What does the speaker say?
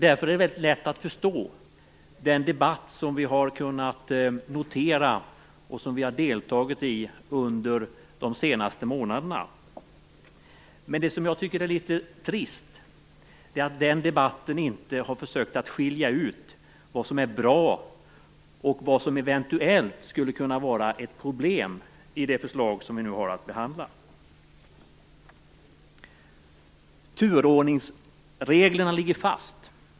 Därför är det lätt att förstå den debatt som vi har kunnat notera och delta i under de senaste månaderna. Men det jag tycker är litet trist är att den debatten inte har försökt skilja ut vad som är bra och vad som eventuellt skulle kunna vara ett problem i det förslag som vi nu har att behandla. Turordningsreglerna ligger fast.